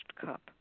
cup